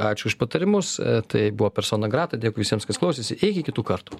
ačiū už patarimus tai buvo persona grata dėkui visiems kas klausėsi iki kitų kartų